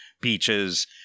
beaches